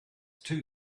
too